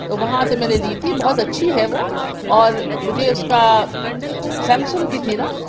تو وہاں سے میں نے لی تھی بہت اچھی ہے وہ اور مجھے اُس کا سیمسنگ کی تھی نا